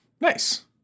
Nice